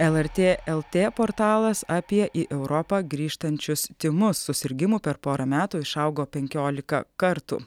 lrt lt portalas apie į europą grįžtančius tymus susirgimų per porą metų išaugo penkiolika kartų